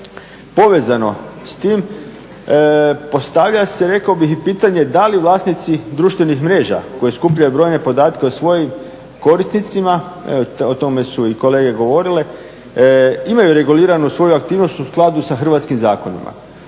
Povezano s tim, postavlja se rekao bih i pitanje da li vlasnici društvenih mreža koje skupljaju brojne podatke o svojim korisnicima, o tome su i kolege govorile imaju reguliranu svoju aktivnost u skladu sa hrvatskim zakonima.